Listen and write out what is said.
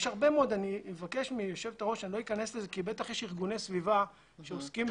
אני לא אכנס לזה כי בטח יש ארגוני סביבה שעוסקים